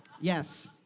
Yes